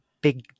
big